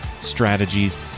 strategies